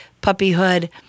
puppyhood